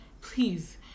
Please